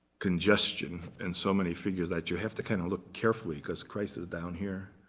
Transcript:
congestion and so many fingers, that you have to kind of look carefully, because christ is down here.